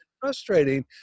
frustrating